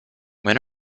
when